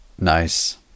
Nice